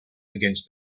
against